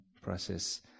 process